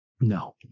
No